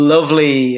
Lovely